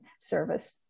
service